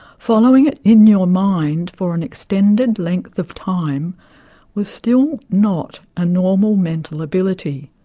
following it in your mind for an extended length of time was still not a normal mental ability.